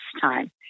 time